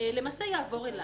יעברו אליו.